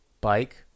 bike